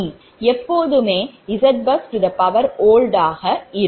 எப்போதுமே ZBUS OLDஆக இருக்கும்